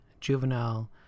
juvenile